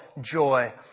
joy